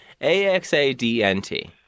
A-X-A-D-N-T